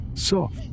soft